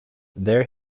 there